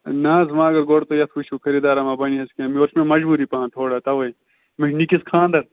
نہ حظ ونۍ اگر گۄڈٕ تُہۍ وٕچھو خریٖدارَ ما بنہَس کانٛہہ مےٚ چھِ مجبوٗری پہن تھوڑا تَوے مےٚ چھِ نِکِس خاندَر